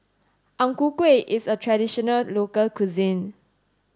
Ang Ku Kueh is a traditional local cuisine